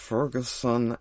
Ferguson